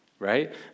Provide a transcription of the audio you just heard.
right